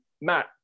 Matt